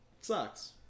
sucks